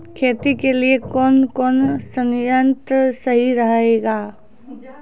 खेती के लिए कौन कौन संयंत्र सही रहेगा?